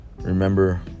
remember